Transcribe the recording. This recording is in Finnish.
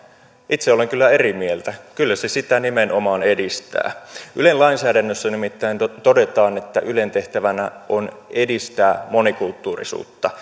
itse olen kyllä eri mieltä kyllä se sitä nimenomaan edistää ylen lainsäädännössä nimittäin todetaan että ylen tehtävänä on edistää monikulttuurisuutta